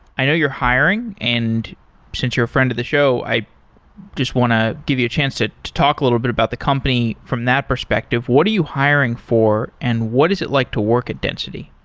i know you're hiring, and since you're a friend of the show, i just want to give you a chance to to talk little bit about the company from that perspective. what are you hiring for and what is it like to work at density?